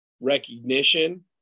recognition